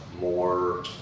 more